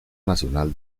nacional